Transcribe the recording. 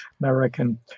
American